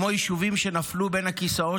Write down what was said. כמו יישובים שנפלו בין הכיסאות,